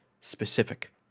specific